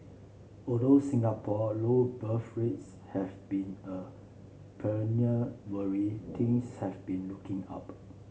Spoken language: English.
although Singapore low birth rates have been a perennial worry things have been looking up